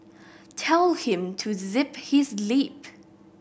tell him to zip his lip